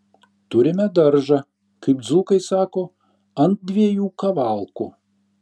turime daržą kaip dzūkai sako ant dviejų kavalkų